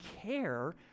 care